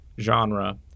genre